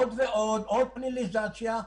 עוד פליליזציה,